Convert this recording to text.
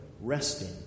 resting